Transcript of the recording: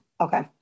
Okay